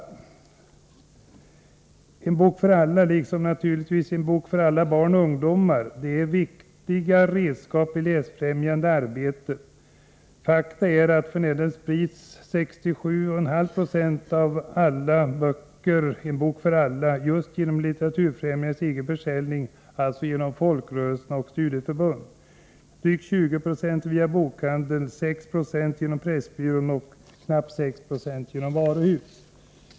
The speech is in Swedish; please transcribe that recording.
Denna bok och naturligtvis även En bok för alla barn och ungdomar är viktiga redskap i det läsfrämjande arbetet. Faktum är att f.n. sprids 67,5 Zo av alla exemplar av En bok för alla just genom Litteraturfrämjandets egen försäljning, alltså genom folkrörelser och studieförbund. Drygt 20 96 sprids via bokhandeln, 6 76 genom Pressbyrån och knappt 6 26 genom varuhus.